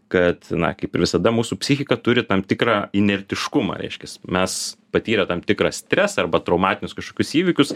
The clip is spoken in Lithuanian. kad na kaip ir visada mūsų psichika turi tam tikrą inertiškumą reiškias mes patyrę tam tikrą stresą arba traumatinius kažkokius įvykius